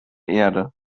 erde